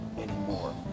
anymore